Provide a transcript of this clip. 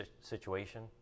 situation